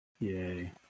Yay